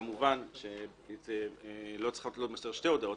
כמובן שלא צריכות להימסר שתי הודעות,